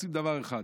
רוצים דבר אחד: